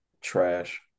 trash